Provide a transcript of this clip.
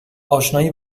آشنایی